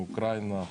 אוקראינה,